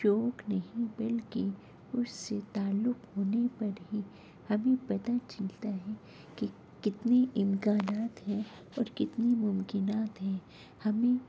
شوق نہیں بلکہ اس سے تعلق ہونے پر ہی ہمیں پتا چلتا ہے کہ کتنی امکانات ہیں اور کتنی ممکنات ہیں ہمیں